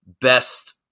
Best